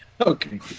Okay